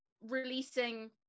releasing